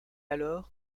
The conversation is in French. alors